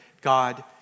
God